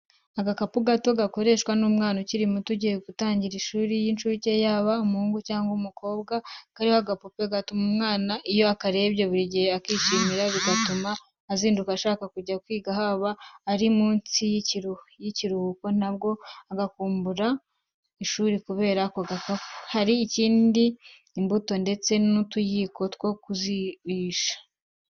Agakapu gato gakoreshwa n'umwana ukiri muto ugiye gutangira amashuri y'incuke yaba umuhungu cyangwa umukobwa, kariho agapupe gatuma umwana iyo akarebye buri gihe akishimira bigatuma azinduka ashaka kujya kwiga haba ari mu minsi y'ikiruhuko, nabwo agakumbura ishuri kubera ako gakapu. Hari kandi imbuto ndetse n'utuyiko two kuzirisha.